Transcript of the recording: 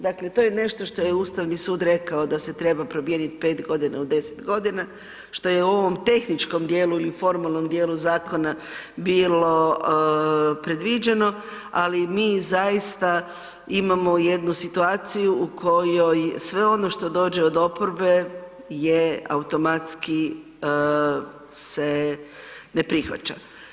Dakle, to je nešto što je Ustavni sud rekao da se treba promijeniti 5 godina u 10 godina, što je u ovom tehničkom dijelu il formalnom dijelu zakona bilo predviđeno, ali mi zaista imamo jednu situaciju u kojoj sve ono što dođe od oporbe je automatski se ne prihvaća.